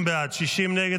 50 בעד, 60 נגד.